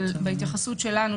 אבל בהתייחסות שלנו,